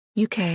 UK